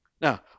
Now